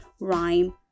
rhyme